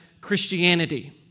Christianity